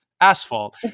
asphalt